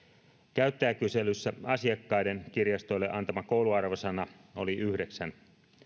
käyttäjäkyselyssä asiakkaiden kirjastolle antama kouluarvosana oli yhdeksännen